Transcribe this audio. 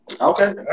Okay